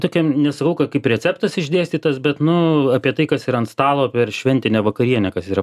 tokiam nesakau kad kaip receptas išdėstytas bet nu apie tai kas yra ant stalo per šventinę vakarienę kas yra